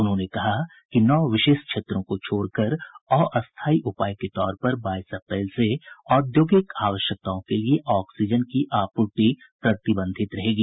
उन्होंने कहा कि नौ विशेष क्षेत्रों को छोड़कर अस्थायी उपाय के तौर पर बाईस अप्रैल से औद्योगिक आवश्यकताओं के लिए ऑक्सीजन की आपूर्ति प्रतिबंधित रहेगी